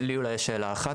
לי אולי יש שאלה אחת,